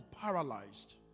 paralyzed